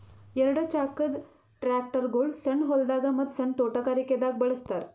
ಎರಡ ಚಾಕದ್ ಟ್ರ್ಯಾಕ್ಟರ್ಗೊಳ್ ಸಣ್ಣ್ ಹೊಲ್ದಾಗ ಮತ್ತ್ ಸಣ್ಣ್ ತೊಟಗಾರಿಕೆ ದಾಗ್ ಬಳಸ್ತಾರ್